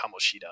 Kamoshida